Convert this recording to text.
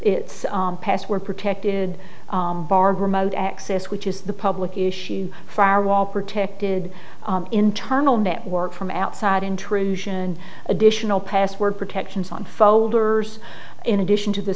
it's password protected barbe remote access which is the public issue firewall protected internal network from outside intrusion additional password protections on folders in addition to the